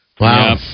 Wow